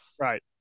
Right